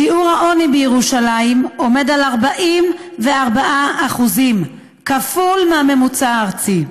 שיעור העוני בירושלים הוא 44% כפול מהממוצע הארצי,